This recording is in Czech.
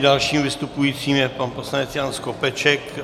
Dalším vystupujícím je pan poslanec Jan Skopeček.